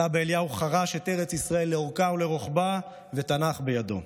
סבא אליהו חרש את ארץ ישראל לאורכה ולרוחבה ותנ"ך בידו.